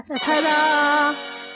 Ta-da